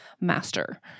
master